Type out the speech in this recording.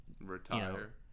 retire